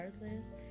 regardless